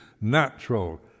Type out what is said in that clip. natural